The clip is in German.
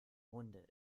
hunde